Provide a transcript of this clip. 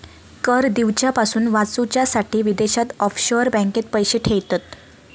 कर दिवच्यापासून वाचूच्यासाठी विदेशात ऑफशोअर बँकेत पैशे ठेयतत